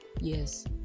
yes